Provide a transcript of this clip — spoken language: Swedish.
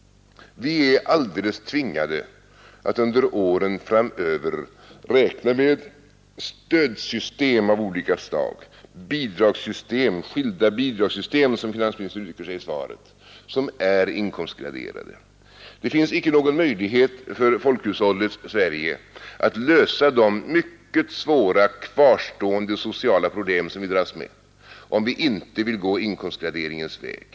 Vi är alldeles tvingade att under åren framöver räkna med stödsystem av olika slag — skilda bidragssystem, som finansministern uttrycker sig i svaret — som är inkomstgraderade. Det finns ingen möjlighet för folkhushållet Sverige att lösa de mycket svåra kvarstående sociala problem som vi dras med, om vi inte vill gå inkomstgraderingens väg.